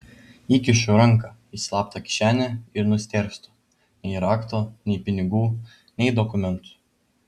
įkišu ranką į slaptą kišenę ir nustėrstu nei rakto nei pinigų nei dokumentų